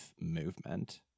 movement